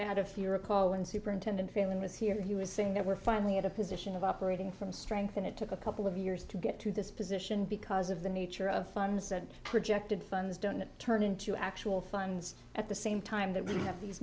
add a few recall and superintendent freeman was here and he was saying that we're finally at a position of operating from strength and it took a couple of years to get to this position because of the nature of funds and projected funds don't turn into actual funds at the same time that we have these